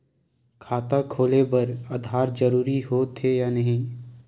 खाता खोले बार आधार जरूरी हो थे या नहीं?